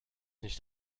nicht